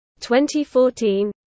2014